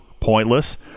Pointless